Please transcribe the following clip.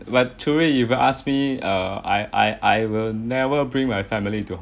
but truly if you asked me err I I I will never bring my family to